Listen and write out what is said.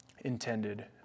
intended